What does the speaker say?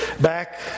back